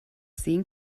sehen